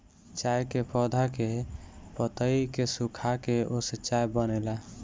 चाय के पौधा के पतइ के सुखाके ओसे चाय बनेला